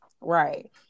right